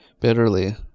bitterly